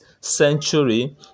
century